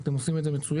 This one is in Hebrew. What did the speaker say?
אם עושים את זה מצוין,